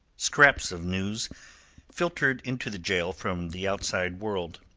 scraps of news filtered into the gaol from the outside world.